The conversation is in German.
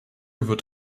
wird